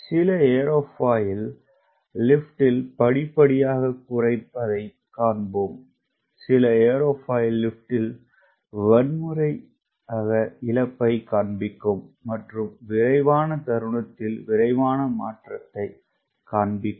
சில ஏரோஃபாயில் லிப்டில் படிப்படியாகக் குறைப்பதைக் காண்போம் சில ஏரோஃபாயில் லிப்டில் வன்முறை இழப்பைக் காண்பிக்கும் மற்றும் விரைவான தருணத்தில் விரைவான மாற்றத்தைக் காண்பிக்கும்